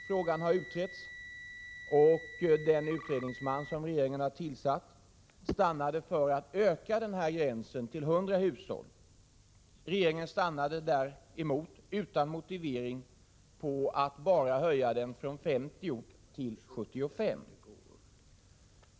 Frågan har utretts, och den utredningsman som regeringen har tillsatt föreslår en höjning av denna gräns till 100 hushåll. Regeringen stannade däremot utan motivering vid att bara höja gränsen från 50 till 75 hushåll.